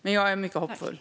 Men jag är mycket hoppfull.